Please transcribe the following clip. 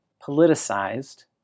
politicized